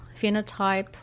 phenotype